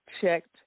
checked